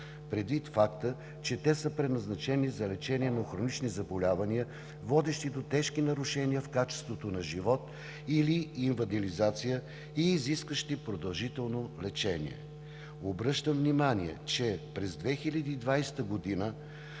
предвид факта, че те са предназначени за лечение на хронични заболявания, водещи до тежки нарушения в качеството на живот или инвалидизация и изискващи продължително лечение. Обръщам внимание, че през 2020 г.